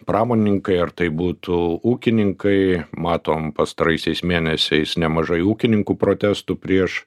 pramonininkai ar tai būtų ūkininkai matom pastaraisiais mėnesiais nemažai ūkininkų protestų prieš